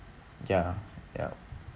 yup